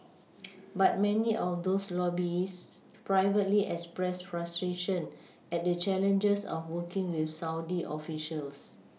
but many of those lobbyists privately express frustration at the challenges of working with Saudi officials